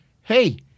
hey